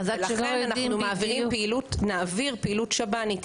לכן אנחנו נעביר פעילות שב"נים.